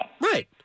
Right